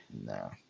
No